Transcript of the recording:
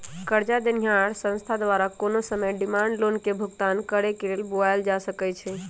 करजा देनिहार संस्था द्वारा कोनो समय डिमांड लोन के भुगतान करेक लेल बोलायल जा सकइ छइ